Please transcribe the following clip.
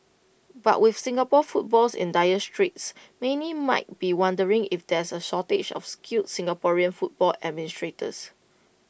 but with Singapore footballs in dire straits many might be wondering if there's A shortage of skilled Singaporean football administrators